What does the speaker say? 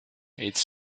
its